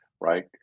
right